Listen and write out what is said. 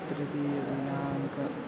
तृतीयः दिनाङ्कः